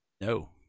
No